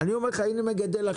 אני לא אומר: בוא ניתן לו לגדל,